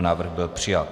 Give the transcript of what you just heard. Návrh byl přijat.